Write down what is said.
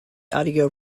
audio